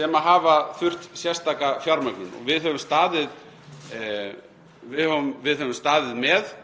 sem hafa þurft sérstaka fjármögnun og við höfum staðið með